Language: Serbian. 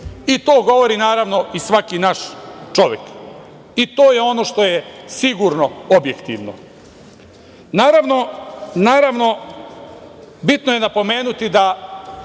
I to govori naravno i svaki naš čovek i to je ono što je sigurno objektivno. Naravno, bitno je napomenuti da